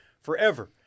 Forever